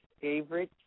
favorite